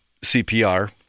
CPR